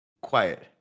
quiet